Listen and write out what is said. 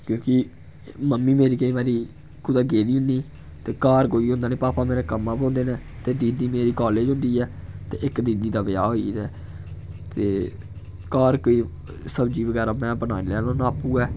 क्योंकि मम्मी मेरी केईं बारी कुदै गेदी होंदी ते घर कोई होंदा निं ते पापा मेरा कम्मै उप्पर होंदे न ते दीदी मेरी कालेज होंदी ऐ ते इक दीदी दा ब्याह् होई गेदा ऐ ते घर कोई सब्जी बगैरा में बनाई लैन्ना में आपूं गै